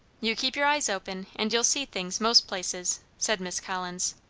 you keep your eyes open, and you'll see things, most places, said miss collins.